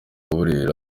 burera